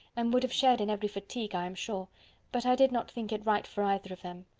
and would have shared in every fatigue, i am sure but i did not think it right for either of them.